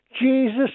Jesus